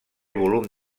volum